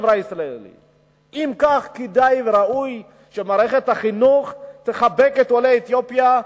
אם כך כדאי וראוי שמערכת החינוך תחבק את עולי אתיופיה,